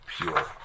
pure